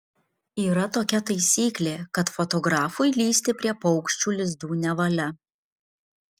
yra tokia taisyklė kad fotografui lįsti prie paukščių lizdų nevalia